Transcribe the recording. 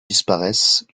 disparaissent